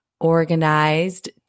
organized